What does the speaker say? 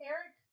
Eric